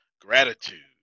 Gratitude